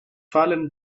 fallen